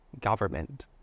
government